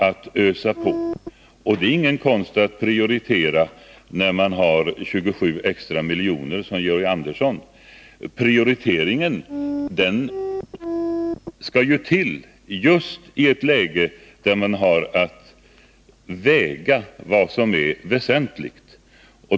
Det är heller inte någon konst att prioritera när man, som Georg Andersson, har 27 extra miljoner. Men prioriteringen skall till just i ett läge när man har att väga vad som är väsentligt.